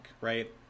right